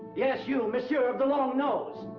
yes, you. monsieur of the long nose!